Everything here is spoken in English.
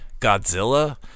Godzilla